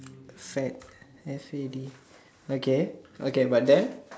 sad S_A_D okay okay but then